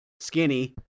Skinny